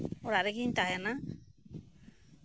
ᱚᱲᱟᱜ ᱨᱮᱜᱤᱧ ᱛᱟᱦᱮᱱᱟ